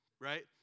right